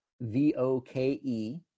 V-O-K-E